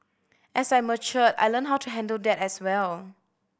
as I matured I learnt how to handle that as well